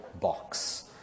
box